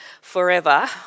forever